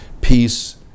peace